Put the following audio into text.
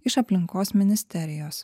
iš aplinkos ministerijos